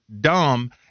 dumb